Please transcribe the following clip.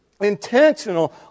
intentional